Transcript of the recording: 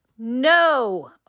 No